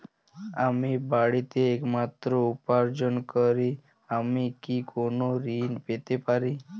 আমি বাড়িতে একমাত্র উপার্জনকারী আমি কি কোনো ঋণ পেতে পারি?